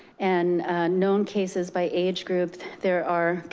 and known cases by age group there are,